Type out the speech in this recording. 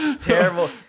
Terrible